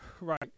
Right